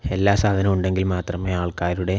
എല്ലാ സാധനവും ഉണ്ടെങ്കിൽ മാത്രമേ ആൾക്കാരുടെ